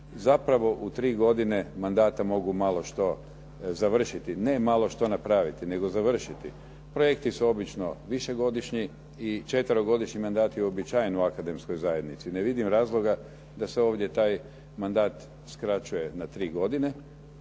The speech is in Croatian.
zapravo u tri godine mandata mogu malo što završit, ne malo što napraviti, nego završiti. Projekti su obično višegodišnji i četverogodišnji mandat je uobičajen u akademskoj zajednici. Ne vidim razloga da se ovdje taj mandat skraćuje na tri godine.